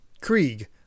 Krieg